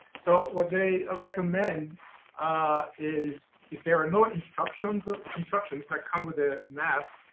so what they recommend is if there are no instructions ah instructions that come with a mask,